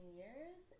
years